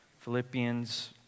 Philippians